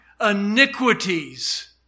iniquities